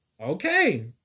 Okay